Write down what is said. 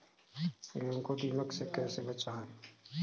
गेहूँ को दीमक से कैसे बचाएँ?